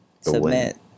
submit